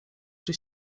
czy